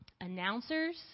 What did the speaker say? announcers